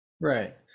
Right